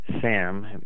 Sam